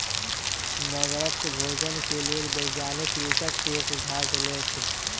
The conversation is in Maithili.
मगरक भोजन के लेल वैज्ञानिक कृषक के सुझाव देलक